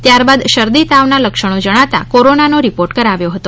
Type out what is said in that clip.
ત્યારબાદ શરદી તાવના લક્ષણો જણાતા કોરોનાનો રિપોર્ટ કરાવ્યો હતો